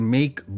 Make